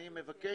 אני מבקש